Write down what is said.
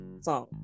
song